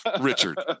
Richard